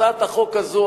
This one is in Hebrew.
הצעת החוק הזאת,